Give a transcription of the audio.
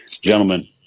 Gentlemen